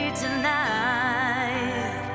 tonight